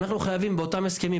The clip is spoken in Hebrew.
אנחנו חייבים באותם הסכמים,